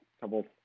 couple